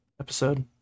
episode